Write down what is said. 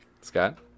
Scott